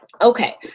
Okay